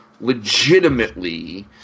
legitimately